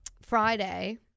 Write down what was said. Friday